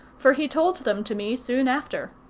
for he told them to me soon after.